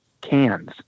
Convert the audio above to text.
cans